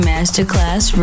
Masterclass